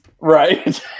Right